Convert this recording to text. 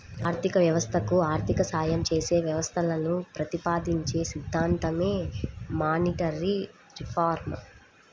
ఆర్థిక వ్యవస్థకు ఆర్థిక సాయం చేసే వ్యవస్థలను ప్రతిపాదించే సిద్ధాంతమే మానిటరీ రిఫార్మ్